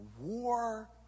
war